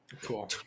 Cool